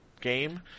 game